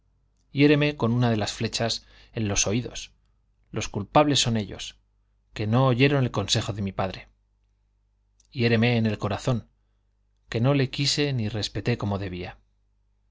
reme con una de las flechas en los oídos bles no el consejo de mi padre son ellos que oyeron le ni respetó hiereme en el corazón que no quiso como debía